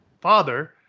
father